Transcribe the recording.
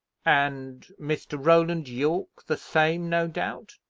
and mr. roland yorke the same, no doubt?